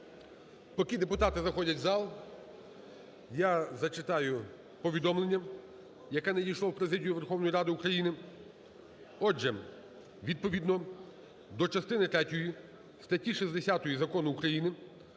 Поки депутати заходять в зал, я зачитаю повідомлення, яке надійшло в президію Верховної Ради України. Отже, відповідно до частини третьої статті 60 Закону України